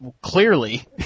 clearly